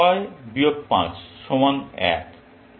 6 বিয়োগ 5 সমান 1